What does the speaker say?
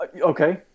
okay